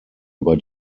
über